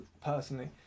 personally